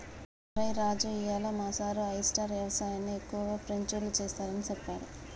ఒరై రాజు ఇయ్యాల మా సారు ఆయిస్టార్ యవసాయన్ని ఎక్కువగా ఫ్రెంచ్లో సెస్తారని సెప్పారు